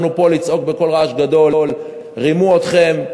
אנחנו פה כדי לצעוק בקול רעש גדול: רימו אתכם,